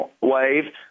wave